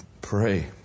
Pray